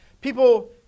People